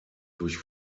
durch